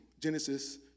Genesis